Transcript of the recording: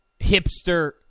hipster